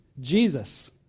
Jesus